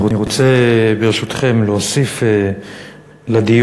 אני רוצה, ברשותכם, להוסיף לדיון,